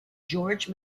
george